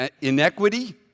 inequity